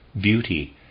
beauty